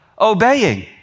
obeying